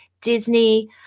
Disney